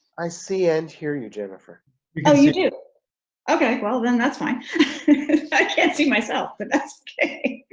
i see and hear you, jennifer because. you do okay well then, that's fine i can't see myself, but that's okay.